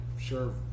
sure